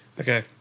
Okay